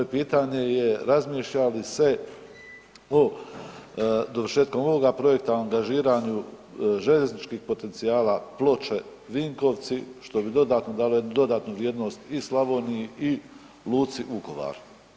Moje pitanje je, razmišlja li se o dovršetkom ovoga projekta angažiranju željezničkih potencijala Ploče – Vinkovci što bi dodatno dalo jednu dodanu vrijednost i Slavoniji i luci Vukovar?